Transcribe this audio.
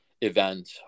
event